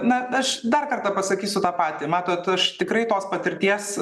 na aš dar kartą pasakysiu tą patį matot aš tikrai tos patirties